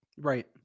Right